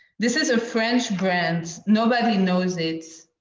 this is a french brand. nobody knows it